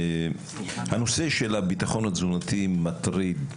הנושא של הביטחון התזונתי מטריד,